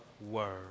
word